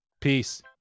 Peace